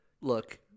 look –